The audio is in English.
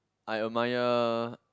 I admire